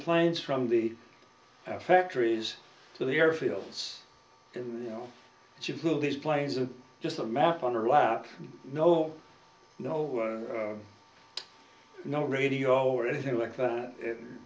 planes from the factories to the airfields that you know she flew these planes are just a map on her lap no no no no radio or anything like that